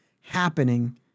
happening